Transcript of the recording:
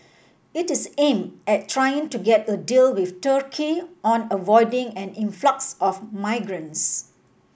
it is aim at trying to get a deal with Turkey on avoiding an influx of migrants